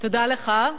תודה לך.